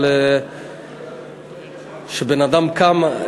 שאדם קם,